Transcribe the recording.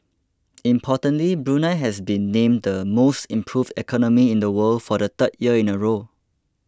importantly Brunei has been named the most improved economy in the world for the third year in a row